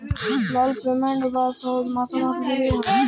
লল পেমেল্ট বা শধ মাসে মাসে দিইতে হ্যয়